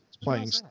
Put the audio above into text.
playing